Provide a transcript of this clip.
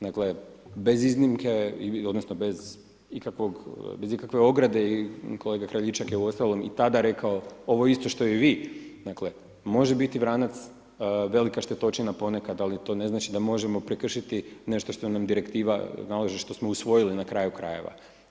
Dakle, bez iznimke, odnosno bez ikakve ograde je i kolega Kraljičak je uostalom i tada rekao ovo isto što i vi, dakle, može biti vranac velika štetočina ponekad, ali to ne znači da možemo prekršiti nešto što nam direktiva nalaže, što smo usvojili na kraju krajeva.